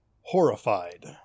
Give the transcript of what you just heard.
Horrified